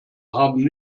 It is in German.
haben